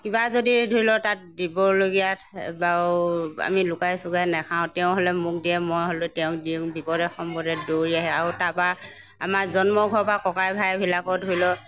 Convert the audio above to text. কিবা যদি ধৰু লওক তাত দিবলগীয়া বাৰু আমি লুকাই চুকাই নাখাওঁ তেওঁৰ হ'লে মোক দিয়ে মোৰ হ'লে তেওঁক দিওঁ বিপদে সম্পদে দৌৰি আহে আৰু তাৰপৰা আমাৰ জন্ম ঘৰৰপৰা ককাই ভাই বিলাকো ধৰি লওক